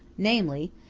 namely,